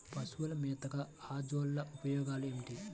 పశువుల మేతగా అజొల్ల ఉపయోగాలు ఏమిటి?